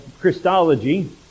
Christology